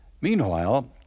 Meanwhile